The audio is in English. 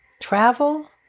Travel